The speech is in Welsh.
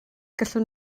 gallwn